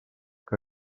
que